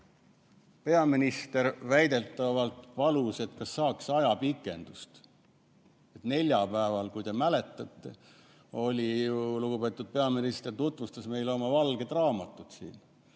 peaminister väidetavalt palus, et saaks ajapikendust. Neljapäeval, kui te mäletate, lugupeetud peaminister tutvustas meile siin oma valget raamatut.